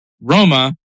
Roma